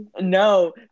No